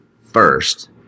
first